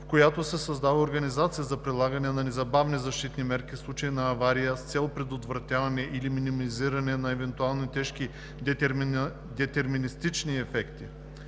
в която се създава организация за прилагане на незабавни защитни мерки в случай на авария с цел предотвратяване или минимизиране на евентуални тежки детерминистични ефекти.